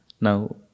Now